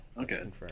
okay